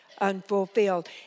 unfulfilled